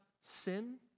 sin